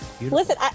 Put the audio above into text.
Listen